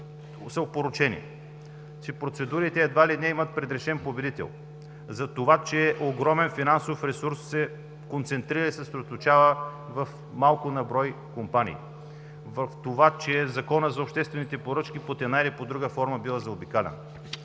са опорочени, че процедурите едва ли не имат предрешен победител; за това, че огромен финансов ресурс се концентрира и съсредоточава в малко на брой компании; в това, че Законът за обществените поръчки под една или друга форма бива заобикалян;